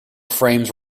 frames